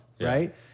right